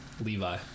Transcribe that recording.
Levi